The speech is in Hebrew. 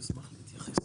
תודה לך.